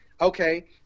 okay